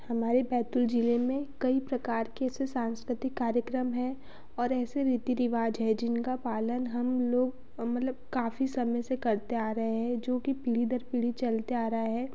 हमारे बैतूल जिले में कई प्रकार के ऐसे सांस्कृतिक कार्यक्रम हैं और ऐसे रीति रिवाज़ हैं जिनका पालन हम लोग मतलब काफ़ी समय से करते आ रहे हैं जो कि पीढ़ी दर पीढ़ी चलते आ रहा हैं